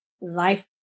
life